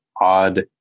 odd